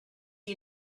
you